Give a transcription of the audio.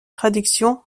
traduction